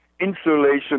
insulation